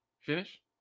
finish